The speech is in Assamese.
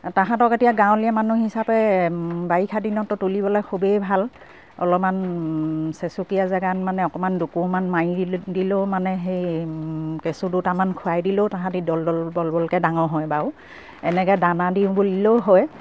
তাহাঁতক এতিয়া গাঁৱলীয়া মানুহ হিচাপে বাৰিষা দিনততো তুলিবলে খুবেই ভাল অলপমান চেঁচুকীয়া জেগাত মানে অকমান দিলেও মানে সেই কেঁচু দুটামান খোৱাই দিলেও তাহাঁতি দল দল দল বলকে ডাঙৰ হয় বাৰু এনেকে দানা দিওঁ বুলিলেও হয়